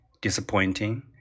disappointing